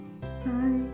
Bye